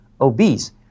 obese